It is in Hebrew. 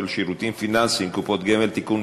שירותים פיננסיים (קופות גמל) (תיקון,